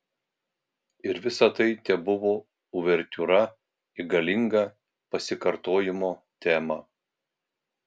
ir visa tai tebuvo uvertiūra į galingą pasikartojimo temą